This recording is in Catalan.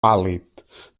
pàl·lid